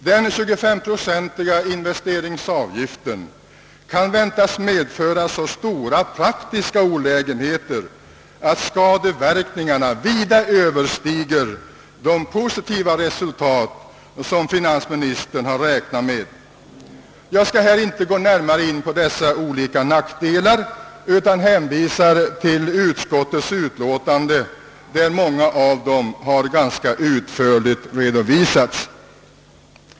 Den 25-procentiga investeringsavgiften kan väntas medföra så stora praktiska olägenheter att skadeverkningarna vida överstiger de positiva resultat som finansministern räknat med. Jag skall inte närmare gå in på dessa olika nackdelar utan hänvisar till utskottets utlåtande, där många av dem redovisas ganska utförligt.